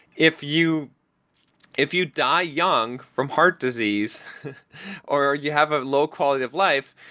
if you if you die young from heart disease or you have a low quality of life,